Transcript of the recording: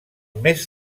més